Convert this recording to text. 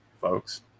folks